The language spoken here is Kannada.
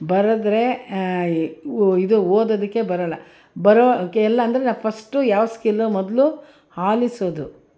ಬರೆದರೆ ಇ ಒ ಇದು ಓದೋದಕ್ಕೆ ಬರೋಲ್ಲ ಬರೋ ಕೆಲ ಅಂದರೆ ಫಸ್ಟು ಯಾವ ಸ್ಕಿಲ್ಲು ಮೊದಲು ಆಲಿಸೋದು